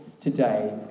today